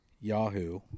Yahoo